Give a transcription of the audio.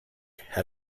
had